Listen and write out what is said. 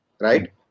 right